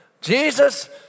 Jesus